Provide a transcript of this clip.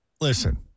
listen